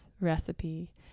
recipe